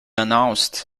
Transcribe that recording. announced